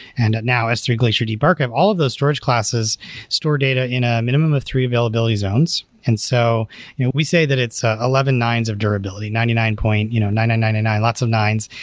and now s three glacier deep archive, all of those storage classes store data in a minimum of three availability zones. and so you know we say that it's ah eleven nine s of durability, ninety nine point you know nine nine nine nine, lots of nine,